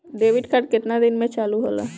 Debit card केतना दिन में चालु होला?